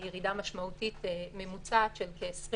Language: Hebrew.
ירידה משמעותית ממוצעת של כ-20%.